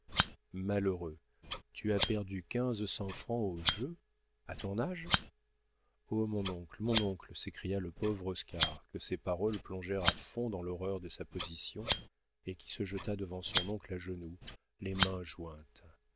malheureux tu as perdu quinze cents francs au jeu à ton âge oh mon oncle mon oncle s'écria le pauvre oscar que ces paroles plongèrent à fond dans l'horreur de sa position et qui se jeta devant son oncle à genoux les mains jointes